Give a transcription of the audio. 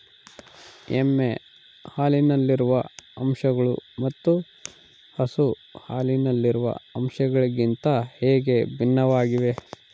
ಎಮ್ಮೆ ಹಾಲಿನಲ್ಲಿರುವ ಅಂಶಗಳು ಮತ್ತು ಹಸು ಹಾಲಿನಲ್ಲಿರುವ ಅಂಶಗಳಿಗಿಂತ ಹೇಗೆ ಭಿನ್ನವಾಗಿವೆ?